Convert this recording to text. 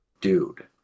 dude